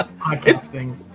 Podcasting